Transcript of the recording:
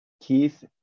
Keith